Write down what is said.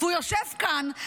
הוא יושב כאן,